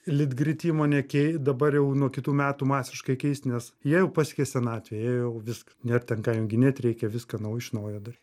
litgrid įmonė kei dabar jau nuo kitų metų masiškai keis nes jie jau pasiekė senatvę jie jau viskas nėr ten ką junginėt reikia viską naują iš naujo daryti